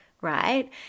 right